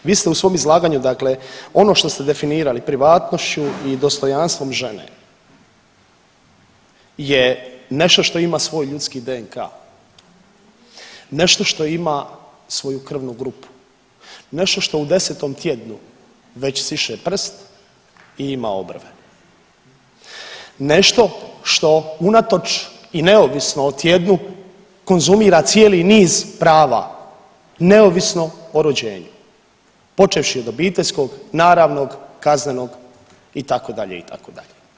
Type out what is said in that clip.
Vi ste u svom izlaganju, dakle ono što ste definirali privatnošću i dostojanstvom žene je nešto što ima svoj ljudski DNK, nešto što ima svoju krvnu grupu, nešto što u 10. tjednu već siše prst i ima obrve, nešto što unatoč i neovisno o tjednu konzumira cijeli niz prava neovisno o rođenju počevši od obiteljskog, naravnog, kaznenog itd., itd.